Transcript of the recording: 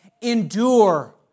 endure